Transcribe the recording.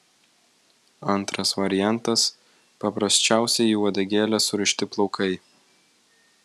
antras variantas paprasčiausiai į uodegėlę surišti plaukai